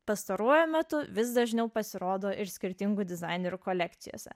pastaruoju metu vis dažniau pasirodo ir skirtingų dizainerių kolekcijose